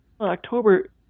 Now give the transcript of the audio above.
October